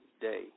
day